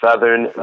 Southern